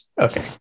Okay